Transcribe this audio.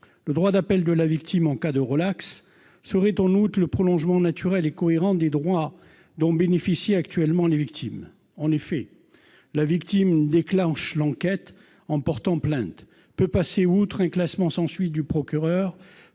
Le droit d'appel de la victime en cas de relaxe serait en outre le prolongement naturel et cohérent des droits dont bénéficient actuellement les victimes. En effet, la victime déclenche l'enquête en portant plainte, peut passer outre un classement sans suite du procureur